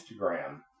Instagram